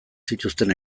zituzten